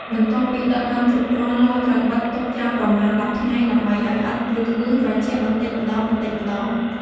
បន្ទាប់ពីដុតបានគ្រប់គ្រាន់ ឡត្រូវបិទទុកចោលប្រមាណ ១០ ថ្ងៃ ដើម្បីឱ្យឥដ្ឋ ឬក្បឿងត្រជាក់បន្តិចម្តងៗ។